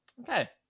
Okay